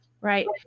Right